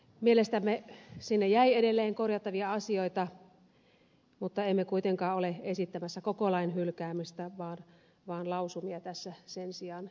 mielestämme sinne jäi edelleen korjattavia asioita mutta emme kuitenkaan ole esittämässä koko lain hylkäämistä vaan lausumia tässä sen sijaan esittelen